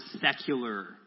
secular